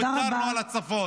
ויתרנו על הצפון.